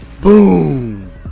Boom